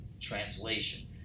translation